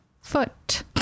Foot